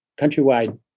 countrywide